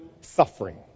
suffering